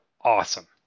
awesome